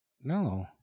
No